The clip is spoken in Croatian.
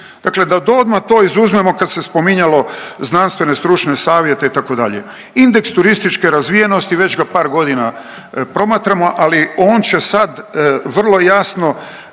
dakle da to odma to izuzmemo kad se spominjalo znanstvene i stručne savjete itd.. Indeks turističke razvijenosti, već ga par godina promatramo, ali on će sad vrlo jasno